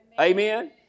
Amen